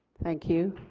thank you.